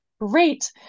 Great